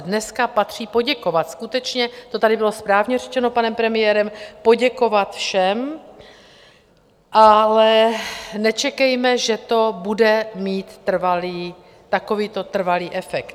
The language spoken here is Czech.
Dneska patří poděkovat skutečně, to tady bylo správně řečeno panem premiérem, poděkovat všem, ale nečekejme, že to bude mít takovýto trvalý efekt.